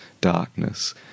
darkness